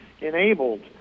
enabled